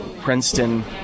Princeton